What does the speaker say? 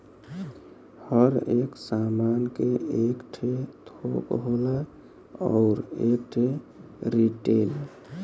हर एक सामान के एक ठे थोक होला अउर एक ठे रीटेल